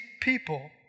people